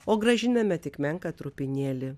o grąžiname tik menką trupinėlį